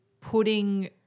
putting